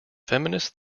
feminist